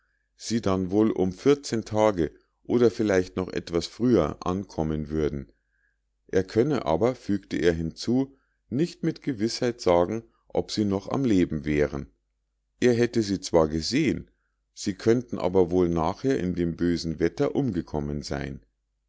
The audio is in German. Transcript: sie dann wohl um vierzehn tage oder vielleicht noch etwas früher ankommen würden er könne aber fügte er hinzu nicht mit gewißheit sagen ob sie noch am leben wären er hätte sie zwar gesehen sie könnten aber wohl nachher in dem bösen wetter umgekommen sein